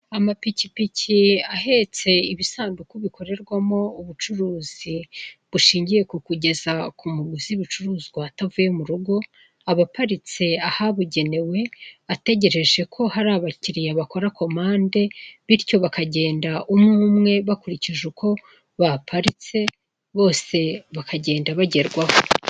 Amapikipiki ahetse ibisanduku bikorerwamo ubucuruzi bushingiye ku kugeza ku muguzi ibicuruzwa atavuye mu rugo, aba aparitse ahabugenewe ategereje ko hari abakiriya bakora komande bityo bakagenda umwe umwe bakurikije uko baparitse bose bakagenda bagerwaho.